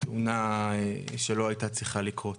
תאונה שלא הייתה צריכה לקרות.